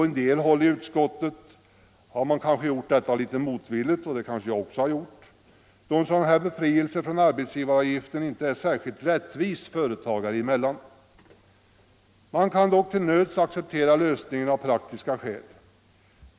En del ledamöter i utskottet har väl gjort detta litet motvilligt — och det kanske jag också har gjort — då en sådan här befrielse från arbetsgivaravgiften inte är särskilt rättvis företagare emellan. Man kan dock till nöds acceptera lösningen av praktiska skäl.